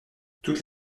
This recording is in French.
toutes